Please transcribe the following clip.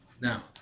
Now